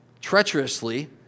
treacherously